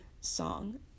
song